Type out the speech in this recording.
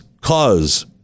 cause